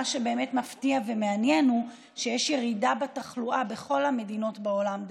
מה שבאמת מפתיע ומעניין הוא שיש ירידה בתחלואה בכל המדינות בעולם,